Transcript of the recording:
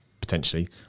potentially